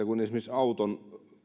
kun esimerkiksi auton